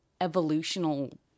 evolutional